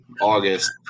August